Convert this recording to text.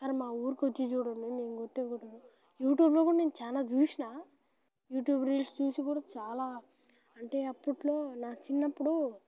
ఒకసారి మా ఊరి కొచ్చి చూడండి నేను కొట్టే కొట్టుడు యూట్యూబ్లో కూడా నేను చాలా చూసినా యూట్యూబ్ రీల్స్ చూసి కూడా చాలా అంటే అప్పట్లో నా చిన్నప్పుడు